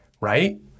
right